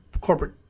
corporate